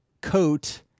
coat